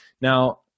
Now